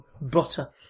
butter